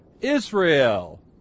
Israel